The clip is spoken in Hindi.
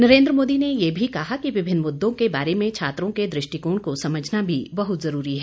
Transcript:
नरेन्द्र मोदी ने यह भी कहा कि विभिन्न मुद्दों के बारे में छात्रों के दृष्टिकोण को समझना भी बहुत जरूरी है